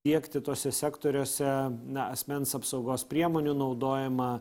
tiekti tuose sektoriuose na asmens apsaugos priemonių naudojimą